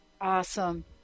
Awesome